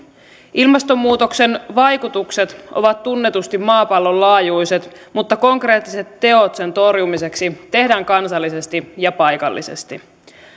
ilmastonmuutoksen vaikutukset ovat tunnetusti maapallon laajuiset mutta konkreettiset teot sen torjumiseksi tehdään kansallisesti ja paikallisesti